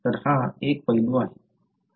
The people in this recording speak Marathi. तर हा एक पैलू आहे